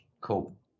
Cool